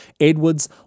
Edwards